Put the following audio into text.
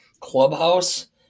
clubhouse